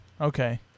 okay